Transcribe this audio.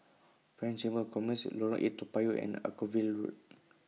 French Chamber of Commerce Lorong eight Toa Payoh and Anchorvale Road